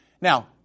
Now